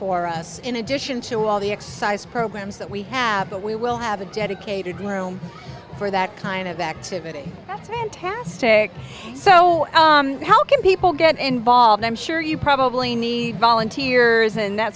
for us in addition to all the exercise programs that we have but we will have a dedicated room for that kind of activity that's fantastic so how can people get involved i'm sure you probably need volunteers and that